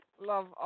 Love